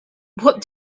what